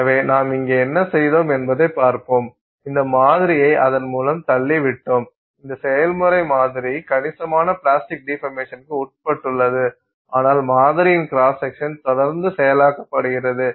எனவே நாம் இங்கே என்ன செய்தோம் என்பதைப் பார்ப்போம் இந்த மாதிரியை அதன் மூலம் தள்ளிவிட்டோம் இந்த செயல்முறை மாதிரி கணிசமான பிளாஸ்டிக் டிபர்மேஷன்னுக்கு உட்பட்டுள்ளது ஆனால் மாதிரியின் கிராஸ்செக்ஷன் தொடர்ந்து செயலாக்கப்படுகிறது